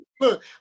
look